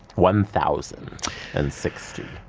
one thousand and sixty.